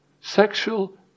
Sexual